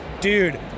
dude